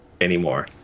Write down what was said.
anymore